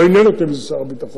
לא עניין אותי מי זה שר הביטחון.